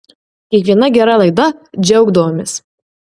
kiekviena gera laida džiaugdavomės